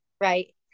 right